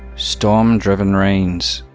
storm-driven rains.